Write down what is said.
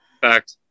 fact